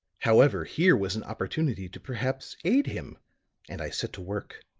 however, here was an opportunity to perhaps aid him and i set to work.